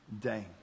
day